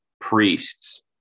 priests